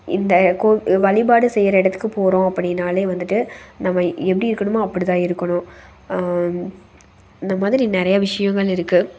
இந்த கோ வழிபாடு செய்கிற இடத்துக்கு போகிறோம் அப்படினாலே வந்துட்டு நம்ம எப்படி இருக்கணுமோ அப்படிதான் இருக்கணும் இந்த மாதிரி நிறையா விஷயங்கள் இருக்குது